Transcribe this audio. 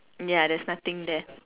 ya there's nothing there